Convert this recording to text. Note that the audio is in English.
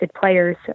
players